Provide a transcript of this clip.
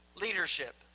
leadership